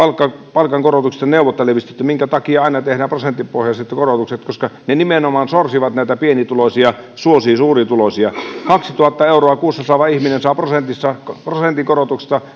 palkankorotuksista neuvottelevilta että minkä takia aina tehdään prosenttipohjaiset korotukset koska ne nimenomaan sorsivat näitä pienituloisia suosivat suurituloisia kaksituhatta euroa kuussa saava ihminen saa prosentin korotuksesta